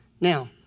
Now